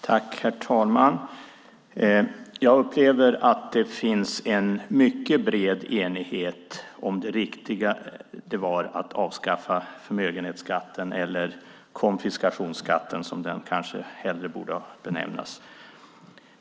Herr talman! Jag upplever att det finns en mycket bred enighet om att det var riktigt att avskaffa förmögenhetsskatten, eller konfiskationsskatten, som den kanske hellre borde benämnas.